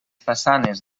façanes